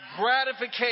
gratification